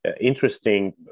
interesting